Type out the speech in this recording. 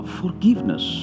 forgiveness